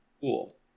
Cool